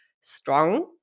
strong